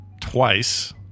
twice